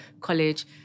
college